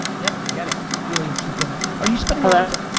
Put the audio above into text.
yep, i get it, really interesting format. are you spending a lot of